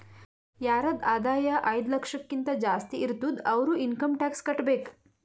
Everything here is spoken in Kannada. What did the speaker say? ಯಾರದ್ ಆದಾಯ ಐಯ್ದ ಲಕ್ಷಕಿಂತಾ ಜಾಸ್ತಿ ಇರ್ತುದ್ ಅವ್ರು ಇನ್ಕಮ್ ಟ್ಯಾಕ್ಸ್ ಕಟ್ಟಬೇಕ್